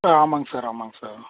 ஆ ஆமாங்க சார் ஆமாங்க சார்